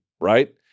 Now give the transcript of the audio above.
right